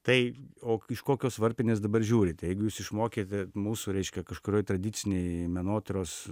tai o iš kokios varpinės dabar žiūrite jeigu jūs išmokyti mūsų reiškia kažkurioj tradicinėj menotyros